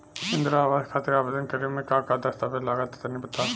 इंद्रा आवास खातिर आवेदन करेम का का दास्तावेज लगा तऽ तनि बता?